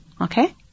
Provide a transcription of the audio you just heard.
Okay